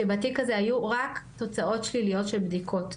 שבתיק הזה היו רק תוצאות שליליות של בדיקות,